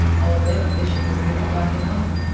already bishop was moving down the line.